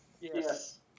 Yes